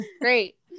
Great